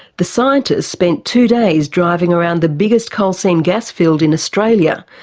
the scientists spent two days driving around the biggest coal seam gas field in australia,